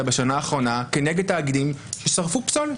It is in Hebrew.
בשנה האחרונה כנגד תאגידים ששרפו פסולת?